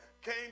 came